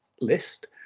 list